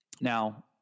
Now